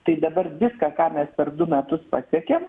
tai dabar viską ką mes per du metus pasiekėm